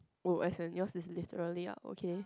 oh as in yours is literally ah okay